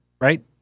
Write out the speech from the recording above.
right